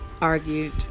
argued